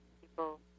people